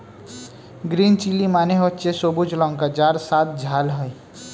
green chilli মানে হচ্ছে সবুজ লঙ্কা যার স্বাদ ঝাল হয়